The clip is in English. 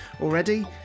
already